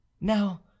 Now